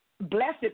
blessed